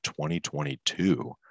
2022